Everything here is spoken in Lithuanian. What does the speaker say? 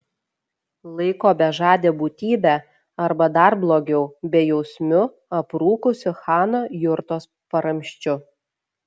laiko bežade būtybe arba dar blogiau bejausmiu aprūkusiu chano jurtos paramsčiu